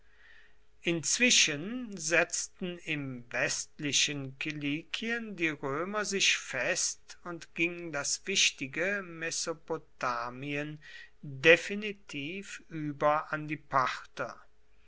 inzwischen setzten im westlichen kilikien die römer sich fest und ging das wichtige mesopotamien definitiv über an die parther